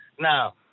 now